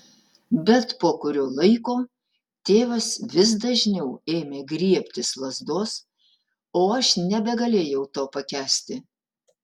bet po kurio laiko tėvas vis dažniau ėmė griebtis lazdos o aš nebegalėjau to pakęsti